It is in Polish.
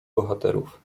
bohaterów